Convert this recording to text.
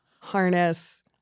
harness